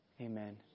Amen